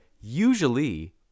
usually